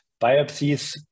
biopsies